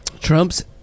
Trump's